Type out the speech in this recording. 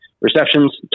receptions